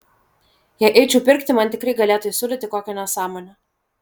jei eičiau pirkti man tikrai galėtų įsiūlyti kokią nesąmonę